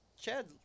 Chad